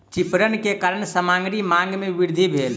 विपरण के कारण सामग्री मांग में वृद्धि भेल